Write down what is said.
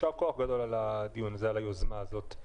יישר כוח גדול על הדיון הזה ועל היוזמה הזאת.